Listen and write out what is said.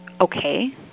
okay